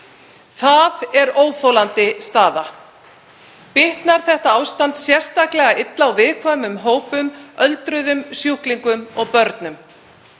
Það er óþolandi staða. Bitnar þetta ástand sérstaklega illa á viðkvæmum hópum; öldruðum, sjúklingum og börnum.